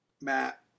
Matt